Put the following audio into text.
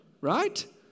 right